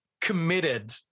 committed